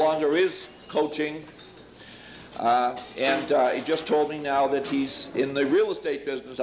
longer is coaching and you just told me now that he's in the real estate business